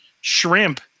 shrimp